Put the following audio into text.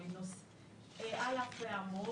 על אף האמור,